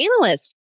analyst